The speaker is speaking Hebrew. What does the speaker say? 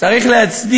מלבד שתי